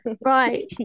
Right